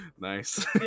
nice